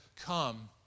Come